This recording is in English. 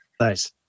Nice